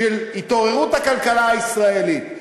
של התעוררות הכלכלה הישראלית,